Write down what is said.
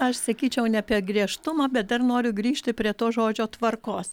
aš sakyčiau ne apie griežtumą bet dar noriu grįžti prie to žodžio tvarkos